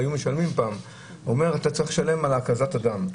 בזמנו היו משלמים על הקזת דם.